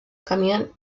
camión